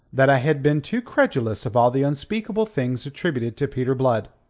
that i had been too credulous of all the unspeakable things attributed to peter blood.